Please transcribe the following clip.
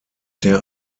der